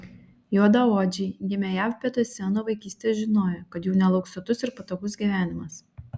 juodaodžiai gimę jav pietuose nuo vaikystės žinojo kad jų nelauks sotus ir patogus gyvenimas